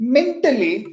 Mentally